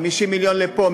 50 מיליון לפה,